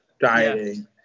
dieting